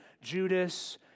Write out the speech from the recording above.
Judas